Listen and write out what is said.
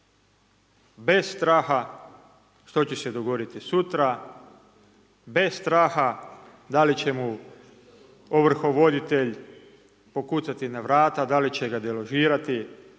bez straha što će se dogoditi sutra, bez straha da li će mu ovrhovoditelj pokucati na vrata, da li će ga deložirati,